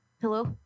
Hello